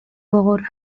gogorra